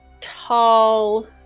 tall